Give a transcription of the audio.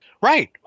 Right